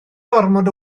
gormod